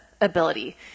ability